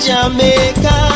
Jamaica